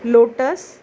lotus